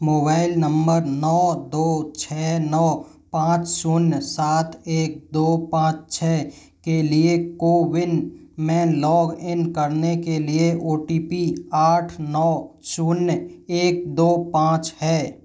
mobile number नौ दो छह नौ पाँच शून्य सात एक दो पाँच छह के लिए कोविन में लॉग इन करने के लिए ओ टी पी आठ नौ शून्य एक दो पाँच है